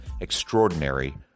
extraordinary